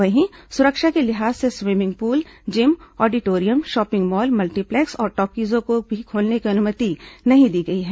वहीं सुरक्षा के लिहाज से swimming pool gym auditorium shopping mall multiplex और टॉकीज को खोलने की अनुमति नहीं दी गई है